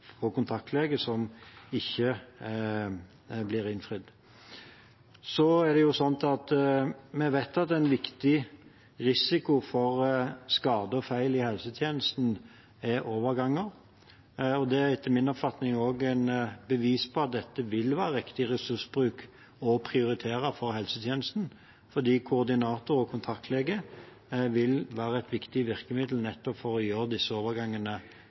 kontaktlege som ikke blir innfridd. Så er det sånn at vi vet at en viktig risiko for skade og feil i helsetjenesten er overganger. Det er etter min oppfatning også et bevis på at dette vil være riktig ressursbruk å prioritere for helsetjenesten, fordi koordinator og kontaktlege vil være et viktig virkemiddel nettopp for å gjøre disse overgangene